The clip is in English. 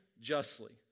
justly